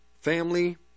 family